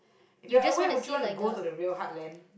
if you are away would you want to go to the real heartland